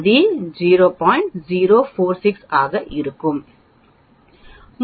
046 ஆக இருக்கும்